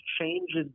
changes